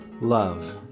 Love